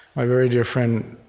ah very dear friend,